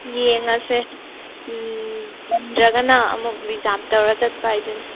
ꯌꯦꯡꯉꯁꯦ ꯆꯟꯗ꯭ꯔꯒꯅ ꯑꯃꯨꯛ ꯔꯤꯖꯔꯚ ꯇꯧꯔꯒ ꯆꯠꯄ ꯍꯥꯏꯗꯨꯅꯤ